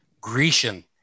Grecian